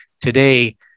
today